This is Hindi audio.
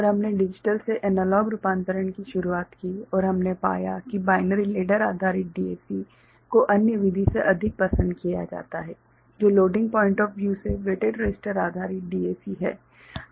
और हमने डिजिटल से एनालॉग रूपांतरण की शुरुआत की और हमने पाया कि बाइनरी लैडर आधारित डीएसी को अन्य विधि से अधिक पसंद किया जाता है जो लोडिंग पॉइंट ऑफ़ व्यू से वेटेड रसिस्टर आधारित डीएसी है